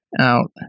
out